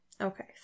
Okay